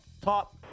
top